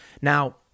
Now